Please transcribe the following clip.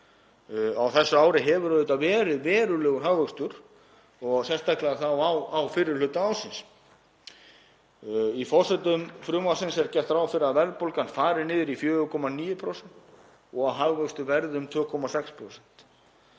Á þessu ári hefur auðvitað verið verulegur hagvöxtur og sérstaklega á fyrri hluta ársins. Í forsendum frumvarpsins er gert ráð fyrir að verðbólgan fari niður í 4,9% og hagvöxtur verði um 2,6%.